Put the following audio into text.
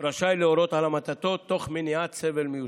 רשאי להורות על המתתו, תוך מניעת סבל מיותר.